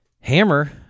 hammer